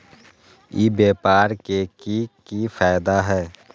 ई व्यापार के की की फायदा है?